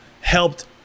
helped